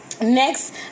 next